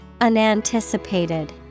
Unanticipated